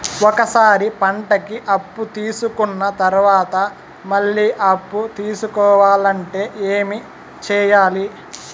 ఒక సారి పంటకి అప్పు తీసుకున్న తర్వాత మళ్ళీ అప్పు తీసుకోవాలంటే ఏమి చేయాలి?